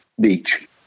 Beach